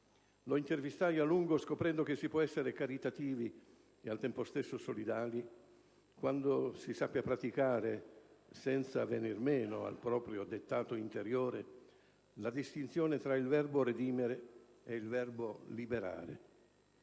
Lo intervistai a lungo scoprendo che si può essere caritativi, e al tempo stesso solidali, quando si sappia praticare, senza venir meno al proprio dettato interiore, la distinzione tra il verbo redimere e il verbo liberare.